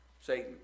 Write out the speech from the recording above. Satan